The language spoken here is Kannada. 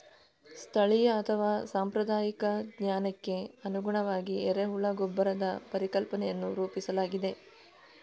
ಸ್ಥಳೀಯ ಅಥವಾ ಸಾಂಪ್ರದಾಯಿಕ ಜ್ಞಾನಕ್ಕೆ ಅನುಗುಣವಾಗಿ ಎರೆಹುಳ ಗೊಬ್ಬರದ ಪರಿಕಲ್ಪನೆಯನ್ನು ರೂಪಿಸಲಾಗಿದೆ